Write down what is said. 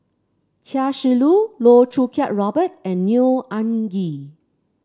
Chia Shi Lu Loh Choo Kiat Robert and Neo Anngee